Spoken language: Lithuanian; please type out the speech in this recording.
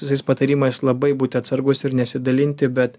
visais patarimais labai būti atsargus ir nesidalinti bet